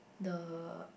the